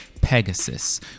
Pegasus